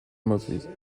moses